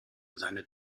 seine